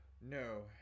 No